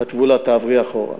כתבו לה: תעברי אחורה.